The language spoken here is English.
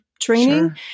training